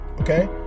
okay